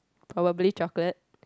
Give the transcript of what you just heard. probably chocolate